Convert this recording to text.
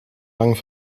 lang